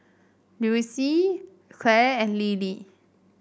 Louise Clare and Lillie